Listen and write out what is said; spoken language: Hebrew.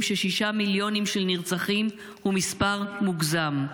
ששישה מיליונים של נרצחים הוא מספר מוגזם.